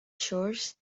shores